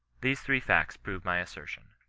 these three facts prove my assertion.